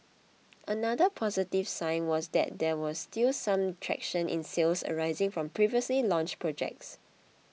another positive sign was that there was still some traction in sales arising from previously launched projects